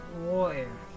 Warrior